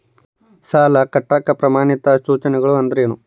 ಸಾಲ ಕಟ್ಟಾಕ ಪ್ರಮಾಣಿತ ಸೂಚನೆಗಳು ಅಂದರೇನು?